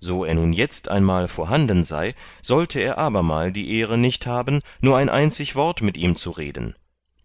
so er nun jetzt einmal vorhanden sei sollte er abermal die ehre nicht haben nur ein einzig wort mit ihm zu reden